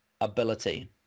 ability